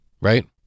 right